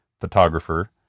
photographer